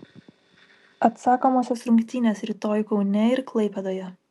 atsakomosios rungtynės rytoj kaune ir klaipėdoje